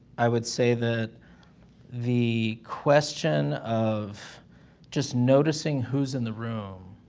i would say that the question of just noticing who's in the room,